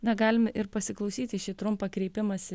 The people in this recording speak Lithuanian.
na galim ir pasiklausyti šį trumpą kreipimąsi